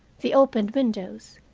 the opened windows,